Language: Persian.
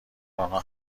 آنها